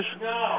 No